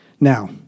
Now